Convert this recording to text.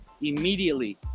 Immediately